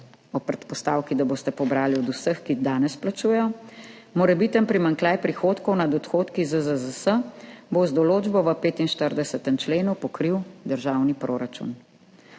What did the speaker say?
ob predpostavki, da boste pobrali od vseh, ki danes plačujejo. Morebiten primanjkljaj prihodkov nad odhodki ZZZS bo z določbo v 45. členu pokril državni proračun.